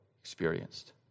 experienced